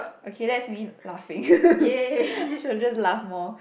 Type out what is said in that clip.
okay that's me laughing should just laugh more